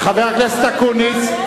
חבר הכנסת אקוניס.